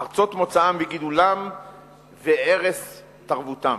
ארצות מוצאם וגידולם וערש תרבותם.